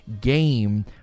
game